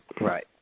Right